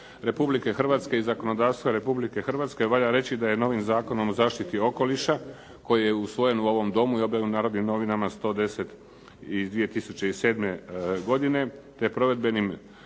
Republike Hrvatske i zakonodavstva Republike Hrvatske valja reći da je novim Zakonom o zaštiti okoliša koji je usvojen u ovom Domu i objavljen u "Narodnim novinama" 110/2007. godine, te provedbenim